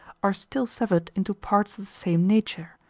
are still severed into parts of the same nature,